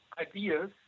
ideas